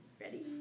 Ready